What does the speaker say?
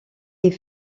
est